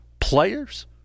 players